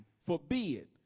forbid